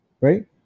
right